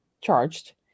charged